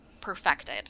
perfected